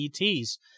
ETs